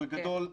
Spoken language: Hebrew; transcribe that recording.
בגדול,